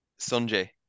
Sanjay